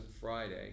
Friday